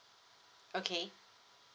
okay